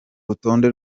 rutonde